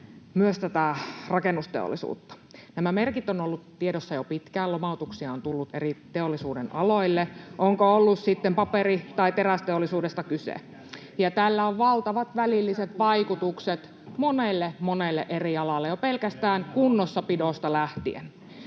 myös rakennusteollisuutta. Nämä merkit ovat olleet tiedossa jo pitkään. Lomautuksia on tullut eri teollisuudenaloille — onko ollut sitten paperi- tai terästeollisuudesta kyse — ja tällä on valtavat välilliset vaikutukset monelle, monelle eri alalle jo pelkästään kunnossapidosta lähtien.